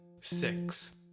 six